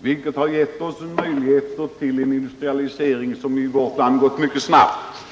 och som har gett oss möjligheter till en industrialise ring som gått mycket snabbt.